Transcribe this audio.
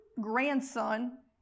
grandson